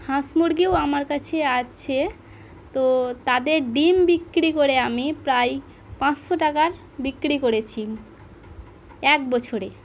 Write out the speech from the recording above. হাঁস মুরগিও আমার কাছে আছে তো তাদের ডিম বিক্রি করে আমি প্রায় পাঁচশো টাকার বিক্রি করেছি এক বছরে